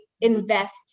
invest